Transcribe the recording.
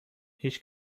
هیچ